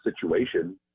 situation